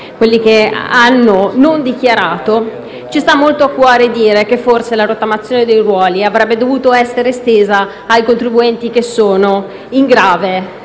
quelli che non hanno dichiarato, ci sta molto a cuore dire che forse la rottamazione dei ruoli avrebbe dovuto essere estesa ai contribuenti che sono in grave